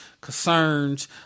concerns